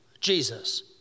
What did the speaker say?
Jesus